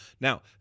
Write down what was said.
Now